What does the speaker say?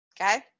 Okay